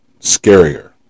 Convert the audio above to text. scarier